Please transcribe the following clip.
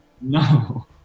No